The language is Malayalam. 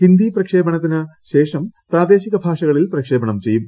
ഹിന്ദി പ്രക്ഷേപണത്തിന് ശേഷം പ്രാദേശിക ഭാഷകളിൽ പ്രക്ഷേപണം ചെയ്യും